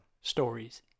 stories